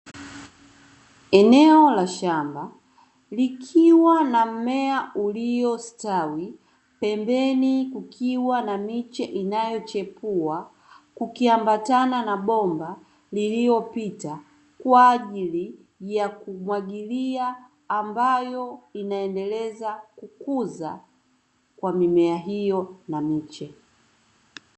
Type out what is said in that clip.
Eneo la shamba likiwa na mmea uliostawi, pembeni kukiwa na miche inayochipua; kukiambatana na bomba lililopita kwa ajili ya kumwagilia ambayo inaendeleza kukuza kwa mimea hiyo na miche.